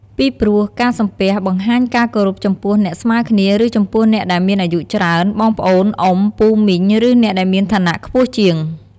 ពីព្រោះការសំពះ បង្ហាញការគោរពចំពោះអ្នកស្មើគ្នា ឬចំពោះអ្នកដែលមានអាយុច្រើន បងប្អូន អ៊ំ ពូមីង ឬអ្នកដែលមានឋានៈខ្ពស់ជាង។